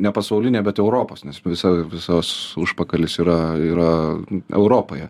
ne pasaulinė bet europos nes visa visas užpakalis yra yra europoje